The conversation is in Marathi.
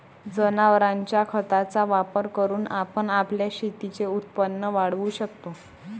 जनावरांच्या खताचा वापर करून आपण आपल्या शेतीचे उत्पन्न वाढवू शकतो